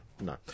No